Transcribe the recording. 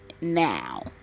now